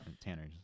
Tanner